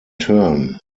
turn